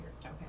Okay